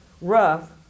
rough